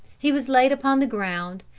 he was laid upon the ground,